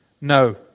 No